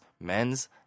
men's